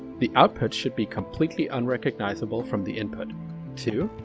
the output should be completely unrecognizable from the input two.